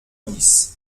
dix